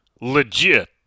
legit